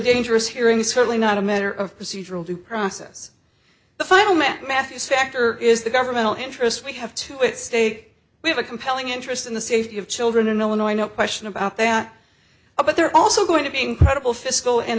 dangerous hearing certainly not a matter of procedural due process the final matthews factor is the governmental interest we have to stay we have a compelling interest in the safety of children in illinois no question about that but there are also going to be incredible fiscal and